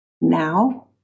Now